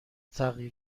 تغییر